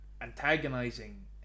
antagonizing